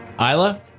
Isla